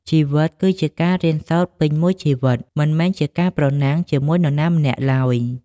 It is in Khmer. ជីវិតគឺជាការរៀនសូត្រពេញមួយជីវិត មិនមែនជាការប្រណាំងជាមួយនរណាម្នាក់ឡើយ។